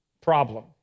problem